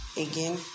Again